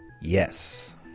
yes